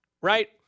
right